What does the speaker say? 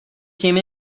came